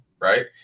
right